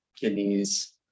kidneys